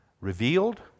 revealed